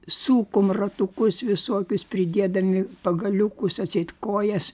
sukom ratukus visokius pridėdami pagaliukus atseit kojas